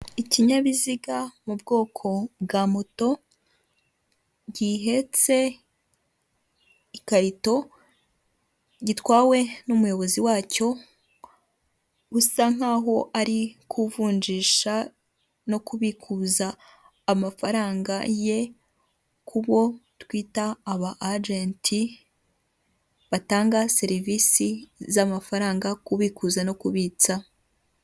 Mu isoko rya Nyabugogo aho bagurishiriza imbuto, umucuruzi yifashi ku itama kuko yabuze abakiriya kandi yari akeneye amafaranga, ari gucuruza inanasi, amapapayi, amaronji, imyembe, ndetse n'ibindi.